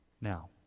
Now